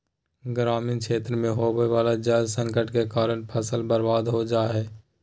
ग्रामीण क्षेत्र मे होवे वला जल संकट के कारण फसल बर्बाद हो जा हय